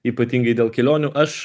ypatingai dėl kelionių aš